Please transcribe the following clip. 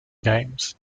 games